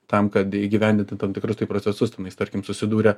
tam kad įgyvendinti tam tikrus tai procesus tenais tarkim susidūrę